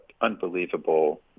unbelievable